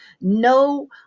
no